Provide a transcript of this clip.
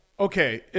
Okay